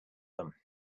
them